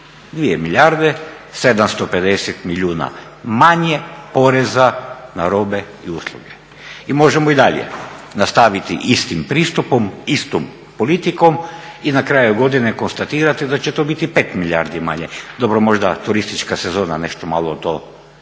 2 milijarde 750 milijuna manje poreza na robe i usluge. I možemo i dalje nastaviti istim pristupom, istom politikom i na kraju godine konstatirati da će to biti 5 milijardi manje, dobro možda turistička sezona nešto malo to izbalansira,